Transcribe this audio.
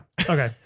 Okay